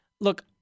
look